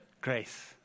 grace